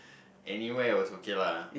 anywhere also okay lah